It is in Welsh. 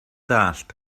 dallt